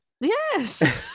Yes